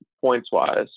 points-wise